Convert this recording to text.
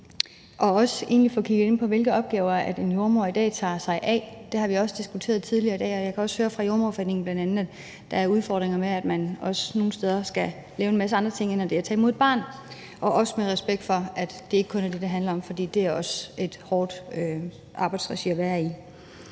egentlig får kigget på, hvilke opgaver en jordemoder i dag varetager. Det har vi også diskuteret tidligere i dag, og jeg kan høre fra Jordemoderforeningen, at der bl.a. er udfordringer med, at man nogle steder skal lave en masse andre ting end det at tage imod et barn. Det siger jeg med respekt for, at det ikke kun er det, det handler om, for det er også et hårdt arbejdsmiljø at være i.